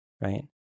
Right